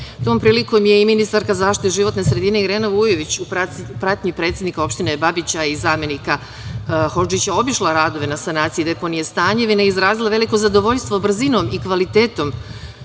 Tom prilikom je i ministarka za zaštitu životne sredine Irena Vujović, u pratnji predsednika opštine Babića i zamenika Hodžića, obišla radove na sanaciji deponije i izrazila veliko zadovoljstvo brzinom i kvalitetom